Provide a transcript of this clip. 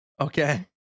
Okay